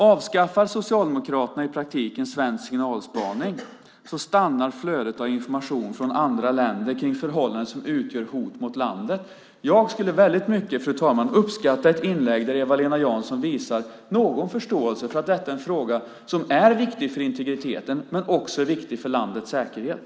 Avskaffar Socialdemokraterna i praktiken svensk signalspaning stannar flödet av information från andra länder när det gäller förhållanden som utgör hot mot landet. Jag skulle uppskatta ett inlägg där Eva-Lena Jansson visar någon förståelse för att detta är en fråga som är viktig för integriteten och för landets säkerhet.